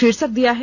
शीर्षक दिया है